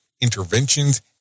interventions